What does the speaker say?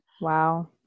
Wow